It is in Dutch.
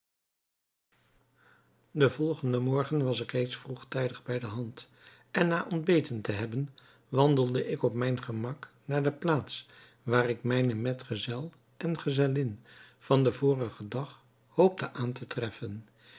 den volgenden morgen was ik reeds vroegtijdig bij de hand en na ontbeten te hebben wandelde ik op mijn gemak naar de plaats waar ik mijnen medgezel en gezellin van den vorigen dag hoopte aan te treffen